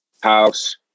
house